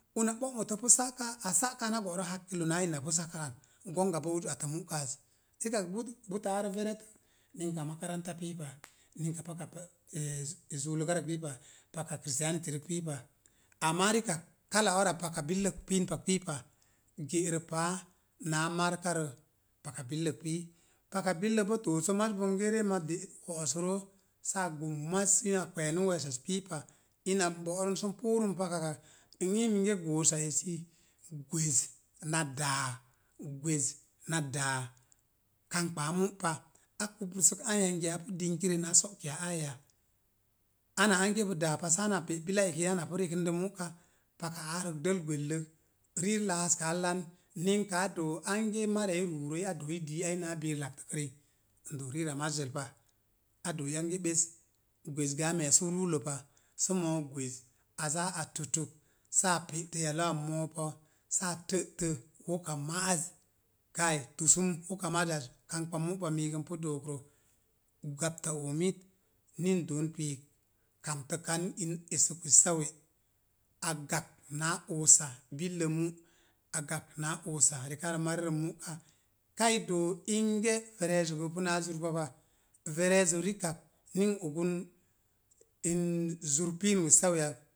Una ɓo'mutə pu sa'ka, a sa'ka an a bo̱'rə hakkilo naa ina pu zakrə an, gonga boo uz atə mu, ka az rikak buta aarə veret ninka makaranta pii pa, ninka paka pa ee zuuluka rək pil pa, pak kiristiyaniti rək pii pa. Amna rikak kala ara paka billak pin pak pii pa. Gerə paa naa markarə paka billək pii. Paka billək boo dooso maz bonge rem a de wo̱'sə roo saa gum maz saa kweenu we̱e̱sas pii pa. Ina bo̱'rə sən puurən pakakar, n ii minge goosa esi, gwez na daa, gwez na daa, kamkpaa mu pa. A kubrəsək an yangiya apu dingkirəi naa so kiya aai ya? Ana ange bo daa pa saa na pe bika eki ana pu rekəndə mú ka, paka aarə dəl gwelləl riir laaskaa lan. Ninka a doo ange mariya i ruurəi a dooi dii naa biir laktəkrəi n doo riira mazzəl pa. A dooi ange ɓes. Gwez gə a me̱e̱su ruulə pa, sə moo gwez, a zaa a toto saa pe tə yaluwa moou pa, saa tə'tə woka ma'az, kai tusum woka ma'za az kamkpa mú pa miigə n pu dook rə. Gapta oomit ni n doon piik kamtəkan in esək wessa we'. A gakp naa oosa billə mu', a gakp na oosa rekarə marirə mu'ka. Kai doo inge vereezo gə pu naa zur pa pa, verezo rikak ni n ogən nn zur pin wessawe ak